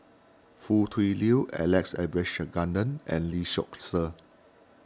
Foo Tui Liew Alex Abisheganaden and Lee Seow Ser